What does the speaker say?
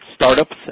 startups